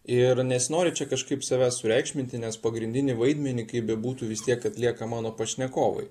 ir nesinori čia kažkaip savęs sureikšminti nes pagrindinį vaidmenį kaip bebūtų vis tiek atlieka mano pašnekovai